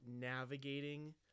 navigating